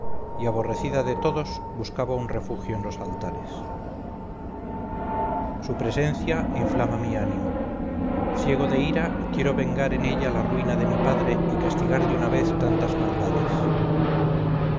y aborrecida de todos buscaba un refugio en los altares su presencia inflama mi ánimo ciego de ira quiero vengar en ella la ruina de mi padre y castigar de una vez tantas maldades